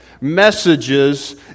messages